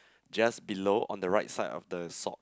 just below on the right side of the sock